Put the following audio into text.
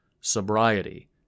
Sobriety